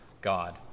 God